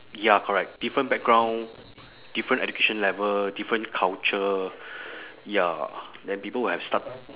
ya correct different background different education level different culture ya then people will have start